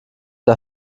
der